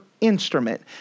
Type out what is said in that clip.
instrument